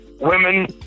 women